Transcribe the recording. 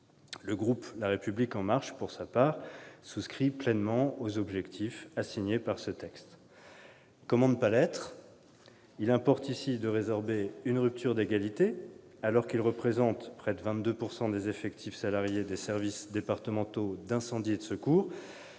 Le groupe La République En Marche, pour sa part, souscrit pleinement aux objectifs assignés par ce texte. Comment ne pas les approuver ? Il importe ici de résorber une rupture d'égalité : alors qu'ils représentent près de 22 % des effectifs salariés des services départementaux d'incendie et de secours